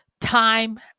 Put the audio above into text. time